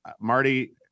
Marty